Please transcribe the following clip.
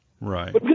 right